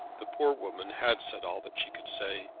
the poor woman had said all that she could say,